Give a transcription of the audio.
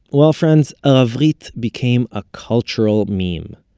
well, friends, ah aravrit became a cultural meme.